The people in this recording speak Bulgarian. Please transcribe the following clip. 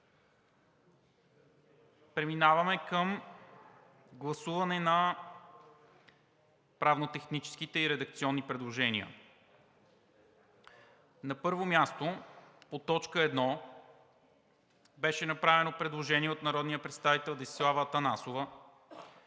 Преминаваме към гласуване на правно-техническите и редакционните предложения. На първо място, по т. 1 беше направено предложение от народния